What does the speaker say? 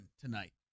tonight